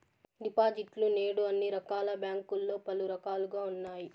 డిపాజిట్లు నేడు అన్ని రకాల బ్యాంకుల్లో పలు రకాలుగా ఉన్నాయి